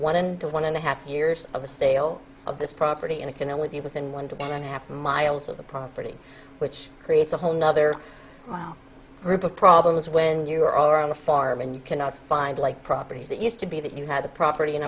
one to one and a half years of the sale of this property and it can only be within one two and a half miles of the property which creates a whole nother group of problems when you are on a farm and you cannot find like properties that used to be that you had the property